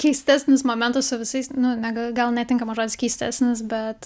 keistesnis momentas su visais nu ne ga gal netinkamas žodis keistesnis bet